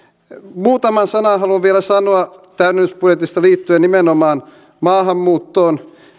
muutaman sanan haluan vielä sanoa täydennysbudjetista liittyen nimenomaan maahanmuuttoon